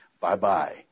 bye-bye